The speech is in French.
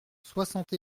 soixante